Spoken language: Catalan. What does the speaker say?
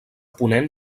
ponent